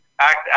act